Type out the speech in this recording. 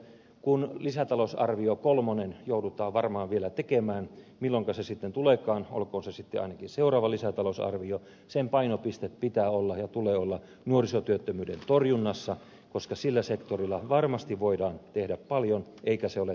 kun lisätalousarvio kolmonen joudutaan varmaan vielä tekemään milloinka se sitten tuleekaan olkoon se sitten ainakin seuraava lisätalousarvio niin sen painopiste pitää olla ja tulee olla nuorisotyöttömyyden torjunnassa koska sillä sektorilla varmasti voidaan tehdä paljon eikä se ole